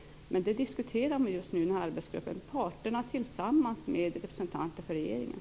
Det här diskuteras just nu i arbetsgruppen; det handlar alltså då om parterna tillsammans med representanter för regeringen.